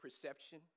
perception